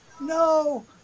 no